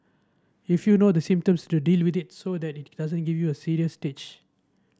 if you know the symptoms to deal with it so that it doesn't give you a serious stage